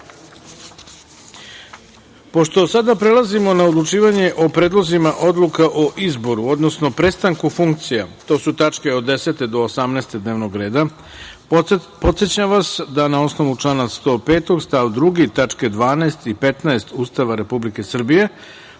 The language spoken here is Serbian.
sada prelazimo na odlučivanje o predlozima odluka o izboru, odnosno prestanku funkcija, to su tačke od 10. do 18. dnevnog reda, podsećam vas da na osnovu člana 105. stav 2. tačka 12) i 15) Ustava Republike Srbije,